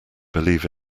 believe